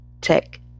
tech